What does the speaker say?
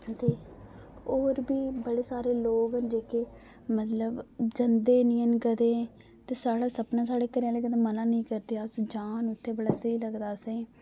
ते और बी बडे सारे लोक न जेहके मतलब जंदे नेईं हैन कंदे ते साढ़ा सपना साढ़े घरे आहले कदें मना नेईं करदे अस जां उत्थै बड़ा स्हेई लगदा असेंगी